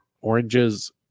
oranges